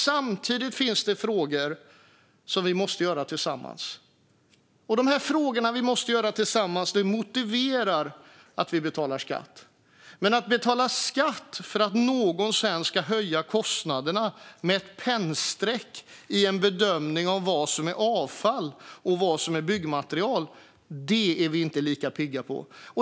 Samtidigt finns det saker vi i Sverige måste göra tillsammans, och det vi måste göra tillsammans motiverar att vi betalar skatt. Men att betala skatt och att någon sedan ska höja kostnaderna med ett pennstreck i en bedömning av vad som är avfall och vad som är byggmaterial är vi inte lika pigga på.